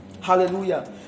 hallelujah